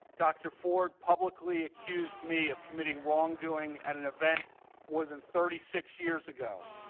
dr. ford publicly accused me of committing wrongdoing at an event more than thirty six years ago.